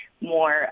more